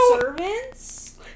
servants